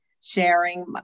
sharing